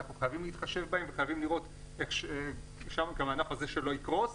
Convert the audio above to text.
אנחנו חייבים להתחשב בהם ולראות איך לגרום לכך שהענף הזה לא יקרוס.